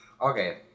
Okay